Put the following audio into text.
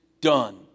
done